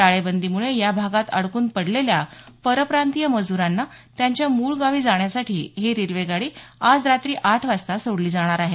टाळेबंदीमुळे या भागात अडकून पडलेल्या परप्रांतीय मजुरांना त्यांच्या मूळ गावी जाण्यासाठी ही रेल्वे गाडी आज रात्री आठ वाजता सोडली जाणार आहे